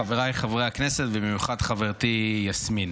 חבריי חברי הכנסת, ובמיוחד חברתי יסמין,